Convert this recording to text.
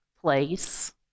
place